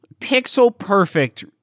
pixel-perfect